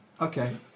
Okay